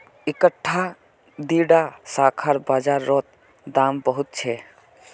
इकट्ठा दीडा शाखार बाजार रोत दाम बहुत छे